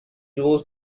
rose